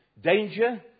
Danger